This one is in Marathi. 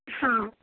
हां